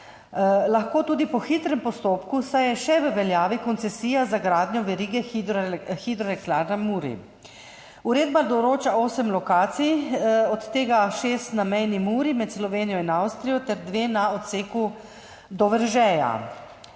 Lahko tudi po hitrem postopku, saj je še v veljavi koncesija za gradnjo verige hidroelektrarn na Muri. Uredba določa osem lokacij, od tega šest na mejni Muri med Slovenijo in Avstrijo, ter dve na odseku do Veržeja.